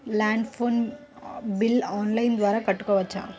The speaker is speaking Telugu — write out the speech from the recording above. ల్యాండ్ ఫోన్ బిల్ ఆన్లైన్ ద్వారా కట్టుకోవచ్చు?